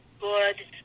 good